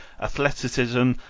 athleticism